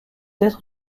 être